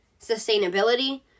sustainability